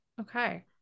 Okay